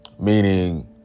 meaning